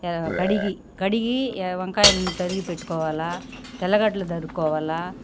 yeah కడిగి కడిగీ yeah వంకాయల్ని తరిగి పెట్టుకోవాలా తెల్లగడ్డలు తరుక్కోవాలా